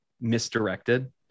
misdirected